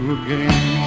again